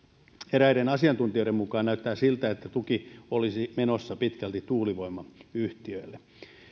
eräiden asiantuntijoiden mukaan näyttää siltä että tuki olisi menossa pitkälti tuulivoimayhtiöille esitetyillä ehdoilla